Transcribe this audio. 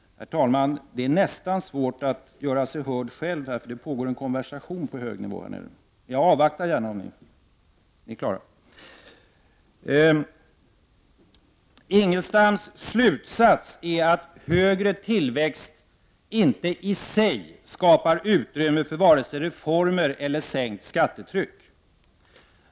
Herr talman! Det är nästan svårt att göra sig hörd själv, för det pågår en konversation på hög nivå här nere i kammaren. Men jag avvaktar gärna om ni... Ni är klara? Ingelstams slutsats är att högre tillväxt inte i sig skapar utrymme för vare sig reformer eller sänkt skattetryck.